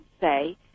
say